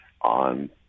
on